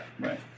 Right